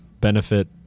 benefit